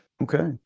okay